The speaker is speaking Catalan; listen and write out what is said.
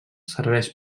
serveix